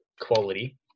quality